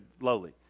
lowly